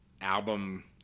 album